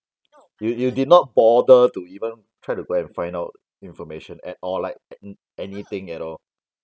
you you did not bother to even try to go and find out information at all like anything at all